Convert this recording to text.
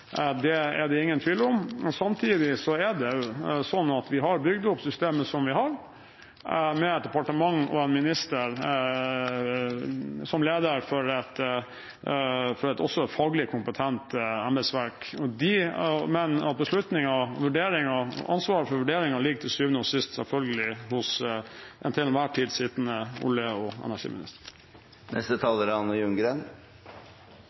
Det er det ingen tvil om. Samtidig er det slik at vi har bygd opp systemet som vi har, med et departement og en minister som leder for et faglig kompetent embetsverk, men at beslutningen og vurderingen, ansvaret for vurderingen, selvfølgelig til syvende og sist ligger hos den til enhver tid sittende olje- og energiminister.